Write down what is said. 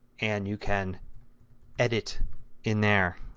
and you can edit in there.